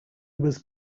was